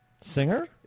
Singer